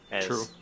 True